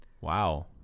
Wow